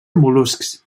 mol·luscs